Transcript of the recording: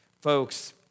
Folks